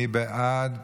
מי בעד?